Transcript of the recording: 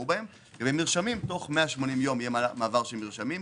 ומרשמים תוך 180 יום, יהיה מעבר של מרשמים.